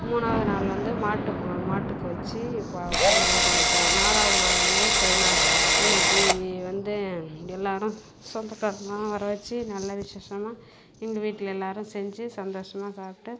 மூணாவது நாள் வந்து மாட்டுப்பொங்கல் மாட்டுக்கு வச்சு ப பொங்கல்லாம் படைப்போம் நாலாவது நாள் வந்து கரிநாள் அன்றைக்கி வந்து எல்லோரும் சொந்தக்காரங்கள்லாம் வரவழைச்சி நல்லா விஷேசமாக எங்கள் வீட்டில் எல்லோரும் செஞ்சு சந்தோஷமாக சாப்பிட்டு